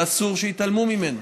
ואסור שיתעלמו ממנו.